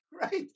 right